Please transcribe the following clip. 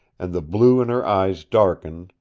and the blue in her eyes darkened,